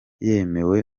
yemewe